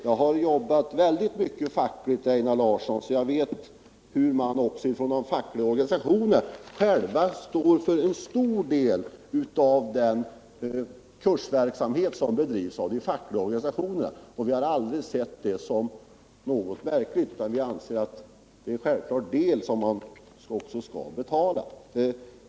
Jag har arbetat mycket i den fackliga rörelsen, Einar Larsson, och vet därför att man där själv står för en stor del av den kursverksamhet som bedrivs i de fackliga organisationerna. Vi har aldrig sett det som någonting märkligt, utan vi anser att kursverksamheten ingår som en självklar del som man också skall betala.